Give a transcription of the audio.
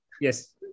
Yes